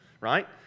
right